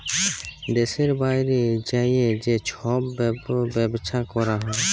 দ্যাশের বাইরে যাঁয়ে যে ছব ব্যবছা ক্যরা হ্যয়